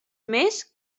més